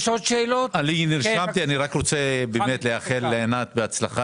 אני מבקש לאחל לענת בהצלחה,